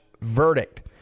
verdict